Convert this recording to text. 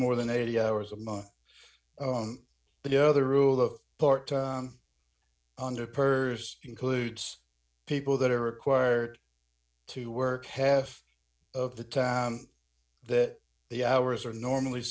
more than eighty hours a month but the other rule the part under purchased includes people that are required to work half of the time that the hours are normally